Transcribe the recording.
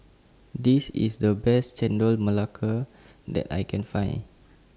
This IS The Best Chendol Melaka that I Can Find